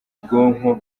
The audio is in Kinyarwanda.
bwoko